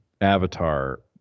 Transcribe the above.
Avatar